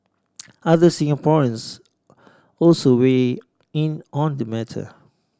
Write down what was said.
other Singaporeans also weigh in on the matter